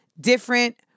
different